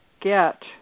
get